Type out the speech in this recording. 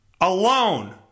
alone